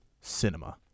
cinema